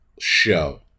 show